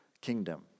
kingdom